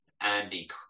Andy